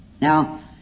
Now